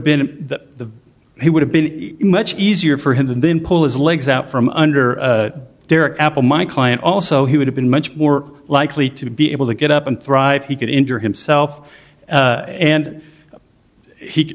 been the he would have been much easier for him than them pull his legs out from under their apple my client also he would have been much more likely to be able to get up and thrive he could injure himself and he